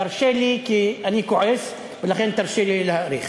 תרשה לי כי אני כועס, ולכן תרשה לי להאריך.